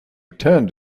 turned